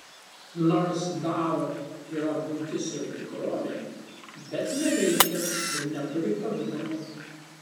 nors dao yra būtis ir tikrovė bet neveikia ir neturi pavidalo